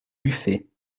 buffet